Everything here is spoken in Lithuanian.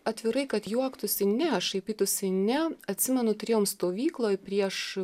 atvirai kad juoktųsi ne šaipytųsi ne atsimenu turėjom stovykloj prieš